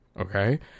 Okay